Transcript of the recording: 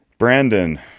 Brandon